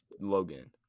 Logan